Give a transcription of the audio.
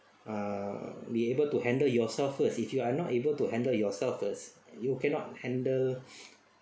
ah be able to handle yourself first if you are not able to handle yourself first you cannot handle